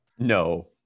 no